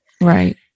Right